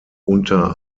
unter